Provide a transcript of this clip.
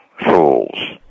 fools